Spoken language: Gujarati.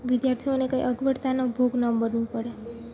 વિદ્યાર્થીઓને કંઈ અગવડતાનો ભોગ ન બનવું પડે